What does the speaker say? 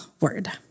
word